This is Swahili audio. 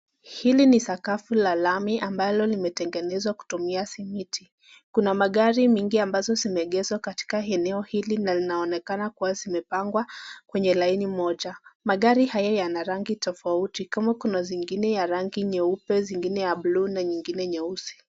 Hili ni sakafu la lami ambalo limetengenezwa kutumia simiti, kuna magari mingi ambazo zimeegeshwa katika eneo hili na linaonekana kuwa zimepangwa kwenye laini moja. Magari haya yana rangi tofauti kama kuna zingine ya rangi nyeupe, zingine ya bluu na nyingine nyeusi.